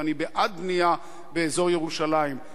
ואני בעד בנייה באזור ירושלים,